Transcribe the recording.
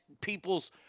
people's